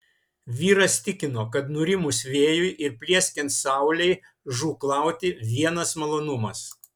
vyras tikino kad nurimus vėjui ir plieskiant saulei žūklauti vienas malonumas